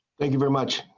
thank you very much.